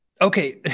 Okay